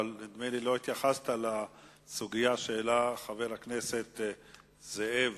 אבל נדמה לי שלא התייחסת לסוגיה שהעלה חבר הכנסת זאב,